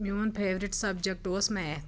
میون favourite subject اوس math